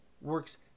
works